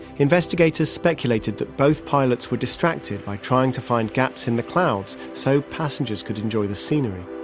investigators speculated that both pilots were distracted by trying to find gaps in the clouds, so passengers could enjoy the scenery